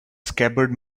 scabbard